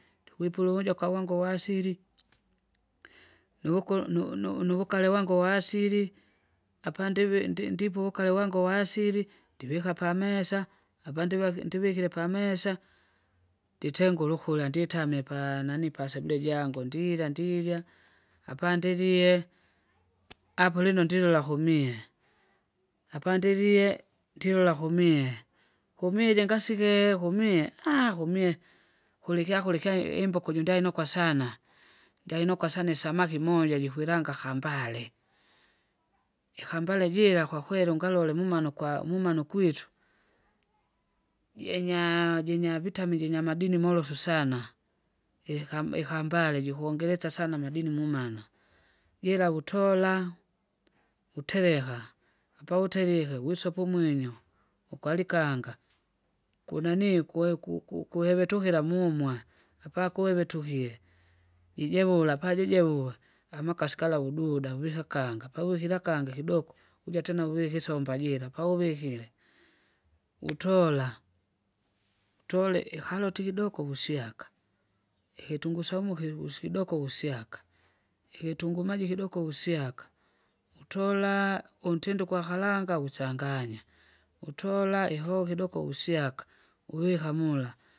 Ndikwipuvuja kwa wangu wa asili, nuvukulu nu- nu- nuvukale wangu wa asili! apandivi ndi- ndivukale wangu wa asili, ndivika pamesa apandivake ndivikile pamesa, nditengule ukula nditamye paanani pasebule jangu ndilya ndirya ndirya. Apandirie, apo lino ndilola kumie, apa ndilie, ndilola kumie, kumire ngasike kumie aaha! kumie, kulikyakura ikyai imboka ujundainuka sana. Ndainuka sana isamki moja jikwilanga kambale. ikambale jira kwakweli ungalole mumana ukwa mumana ukwitu. Jenyaa jinyavitamile inyamadini mulosu sana. ika- ikambale jikongelesya sana amadini mumana, jira vutola, vutereka, apa vuterike gwisope umwinyu, ukalikanga, kunanii kweku- ku- kuevetukira mumwa, apakuweve tukie, jijevula pajijevue, amakai kala vududa vihakanga pavuhila kanga ikidogo, ujatena uvike kisa umbajira pauvikire. Utola, utole iharoti kidoko kusyaka, ikitunguu saumu kiusi kidoko usyaka, ikitunguu maji kidoko usyaka, utola untindo ukwakalanga usanganya, utola ihoho kidoko usyaka, uvika mula.